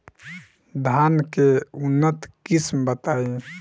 धान के उन्नत किस्म बताई?